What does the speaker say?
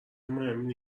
مهمی